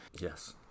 Yes